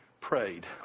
prayed